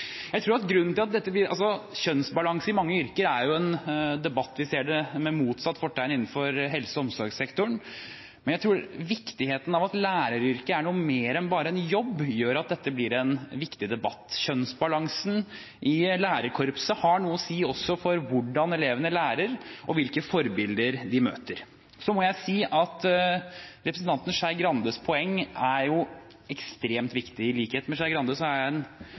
jeg tror at viktigheten av at læreryrket er noe mer enn bare en jobb, gjør at dette blir en viktig debatt. Kjønnsbalansen i lærerkorpset har noe å si også for hvordan elevene lærer og hvilke forbilder de møter. Så må jeg si at representanten Skei Grandes poeng er ekstremt viktig. I likhet med Skei Grande